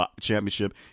championship